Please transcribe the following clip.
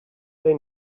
they